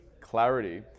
clarity